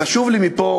חשוב לי להעביר מפה